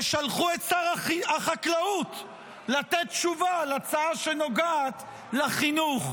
ושלחו את שר החקלאות לתת תשובה על הצעה שנוגעת לחינוך.